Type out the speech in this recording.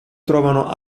trovano